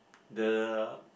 the